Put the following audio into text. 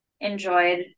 enjoyed